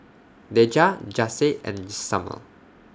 Deja Jase and Summer